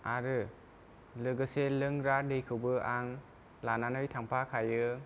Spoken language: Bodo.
आरो लोगोसे लोंग्रा दैखौबो आं लानानै थांफाखायो